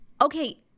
Okay